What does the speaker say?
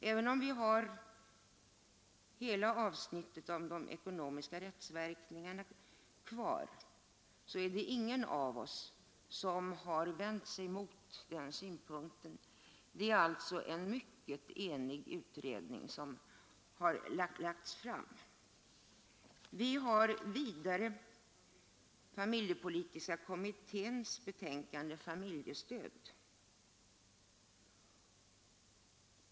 Även om vi har hela avsnitt av de ekonomiska rättsverkningarna kvar, är det ingen av oss som har vänt sig mot den synpunkten. Det är alltså en mycket enig utredning som har lagts fram på den punkten. Vi har vidare familjepolitiska kommitténs betänkande Familjestöd.